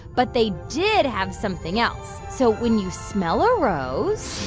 but they did have something else. so when you smell a rose.